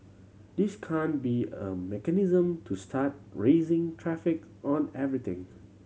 this can't be a mechanism to start raising tariffs on everything